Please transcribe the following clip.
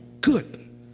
good